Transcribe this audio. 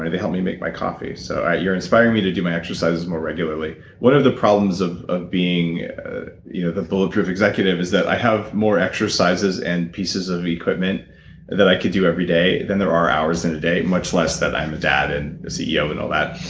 they help me make my coffee, so you're inspiring me to do my exercises more regularly one of the problems of of being the bulletproof executive is that i have more exercises and pieces of equipment that i could do every day than there are hours in a day, much less that i'm a dad and a ceo and all that,